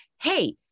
Hey